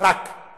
אני